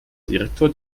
direktor